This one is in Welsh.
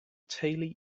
teulu